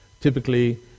Typically